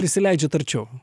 prisileidžiat arčiau